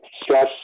stress